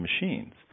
machines